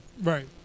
Right